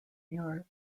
muir